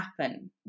happen